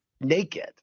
naked